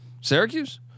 Syracuse